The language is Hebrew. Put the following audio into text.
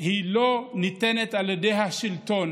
לא ניתנת על ידי השלטון